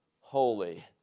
holy